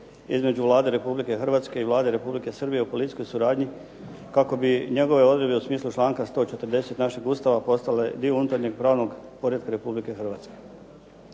između Vlade Republike Hrvatske i Vlade Republike Srbije o policijskoj suradnji kako bi njegove odredbe u smislu članka 140. našeg Ustava postale dio unutarnjeg pravnog poretka Republike Hrvatske.